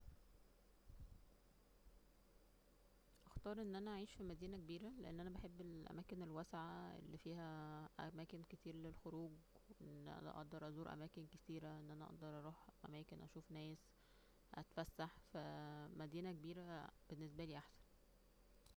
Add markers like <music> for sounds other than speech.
اختار ان انا اعيش فى مدينة كبيرة, لان انا بحب اعيش فى الاماكن الواسعة اللى فيها <hesitation> اماكن كتير للخروج ,ان انا اقدر ازور اماكن كتيرى, ان انا اقدر اروح اماكن اشوف ناس, اتفسح فا- اه مدينة كبيرة بالنسبالى احسن